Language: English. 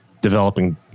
developing